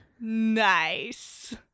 Nice